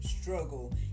struggle